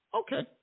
okay